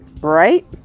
right